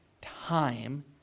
time